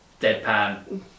deadpan